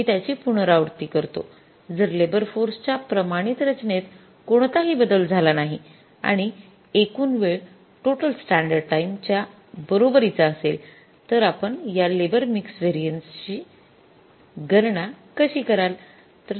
मी त्याची पुनरावृत्ती करतो जर लेबर फोर्स च्या प्रमाणित रचनेत कोणताही बदल झाला नाही आणि एकूण वेळ टोट्ल स्टॅंडर्ड टाइम च्या बरोबरीचा असेल तर आपण या लेबर मिक्स व्हेरिएन्सेस गणना कशी कराल